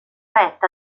retta